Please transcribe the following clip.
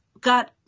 got